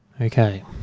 Okay